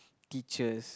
teachers